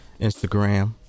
Instagram